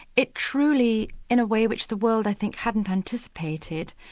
it truly, in a way which the world i think hadn't anticipated,